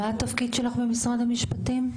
מה התפקיד שלך במשרד המשפטים?